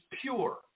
pure